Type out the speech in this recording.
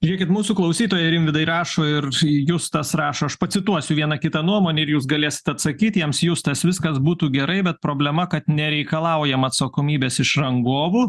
žiūrėkit mūsų klausytojai rimvydui rašo ir justas rašo aš pacituosiu vieną kitą nuomonę ir jūs galėsit atsakyt jiems justas viskas būtų gerai bet problema kad nereikalaujama atsakomybės iš rangovų